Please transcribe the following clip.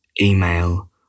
email